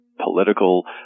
political